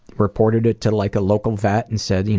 reported it to like a local vet, and said, you